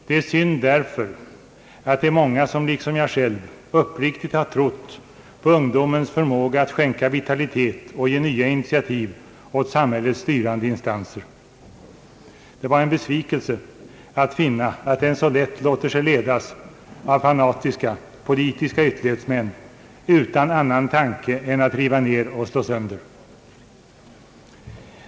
Det är synd därför att många liksom jag själv uppriktigt har trott på ungdomens förmåga att skänka vitalitet och ge nya initiativ åt samhällets styrande instanser. Det var en besvikelse att finna att den studerande ungdomen så lätt låter sig ledas av fanatiska politiska ytterlighetsmän utan annan tanke än att riva ner och slå sönder.